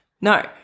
no